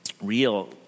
real